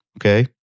Okay